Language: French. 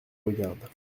regarde